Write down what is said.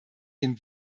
den